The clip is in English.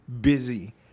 busy